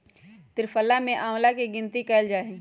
त्रिफला में आंवला के गिनती कइल जाहई